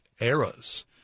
eras